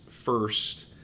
first